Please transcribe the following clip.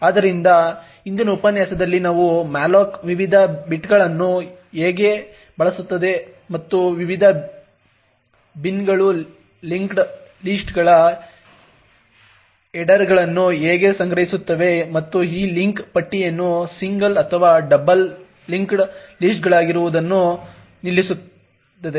ಆದ್ದರಿಂದ ಹಿಂದಿನ ಉಪನ್ಯಾಸದಲ್ಲಿ ನಾವು malloc ವಿವಿಧ ಬಿನ್ಗಳನ್ನು ಹೇಗೆ ಬಳಸುತ್ತದೆ ಮತ್ತು ಈ ವಿವಿಧ ಬಿನ್ಗಳು ಲಿಂಕ್ಡ್ ಲಿಸ್ಟ್ಗಳ ಹೆಡರ್ಗಳನ್ನು ಹೇಗೆ ಸಂಗ್ರಹಿಸುತ್ತವೆ ಮತ್ತು ಈ ಲಿಂಕ್ ಪಟ್ಟಿಯನ್ನು ಸಿಂಗಲ್ ಅಥವಾ ಡಬಲ್ಲಿ ಲಿಂಕ್ಡ್ ಲಿಸ್ಟ್ಗಳಾಗಿರುವುದನ್ನು ನಿಲ್ಲಿಸಿದ್ದೇವೆ